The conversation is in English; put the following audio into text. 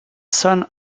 son